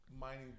mining